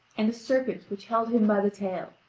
and a serpent which held him by the tail,